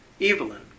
Evelyn